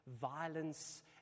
violence